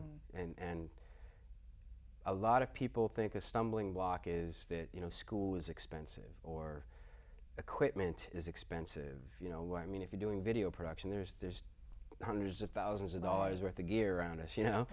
and a lot of people think a stumbling block is that you know school is expensive or equipment is expensive you know what i mean if you're doing video production there's there's hundreds of thousands of dollars worth of gear around us you